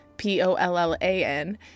P-O-L-L-A-N